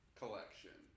collection